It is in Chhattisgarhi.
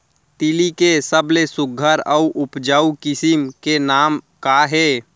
तिलि के सबले सुघ्घर अऊ उपजाऊ किसिम के नाम का हे?